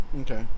Okay